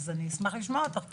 אז אני אשמח לשמוע אותך.